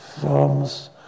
forms